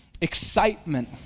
Excitement